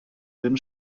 dünn